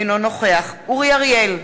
אינו נוכח אורי אריאל,